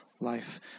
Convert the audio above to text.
life